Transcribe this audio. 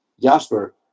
Jasper